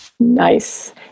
Nice